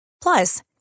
Plus